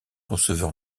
receveur